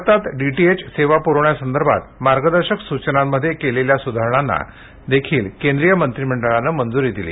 भारतात डीटीएच सेवा पुरविण्यासंदर्भात मार्गदर्शक सूचनांमध्ये केलेल्या सुधारणांना देखील केंद्रीय मंत्रीमंडळानं मंजुरी दिली